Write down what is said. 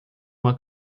uma